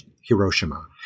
Hiroshima